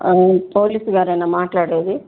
police గారేనా మాట్లాడేది